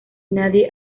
nadie